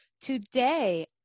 Today